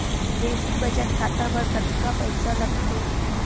Basic बचत खाता बर कतका पईसा लगथे?